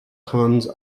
cons